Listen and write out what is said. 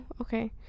Okay